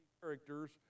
characters